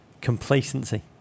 complacency